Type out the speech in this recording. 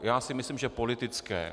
Já si myslím, že politické.